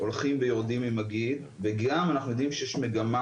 גם אם הוא חתם,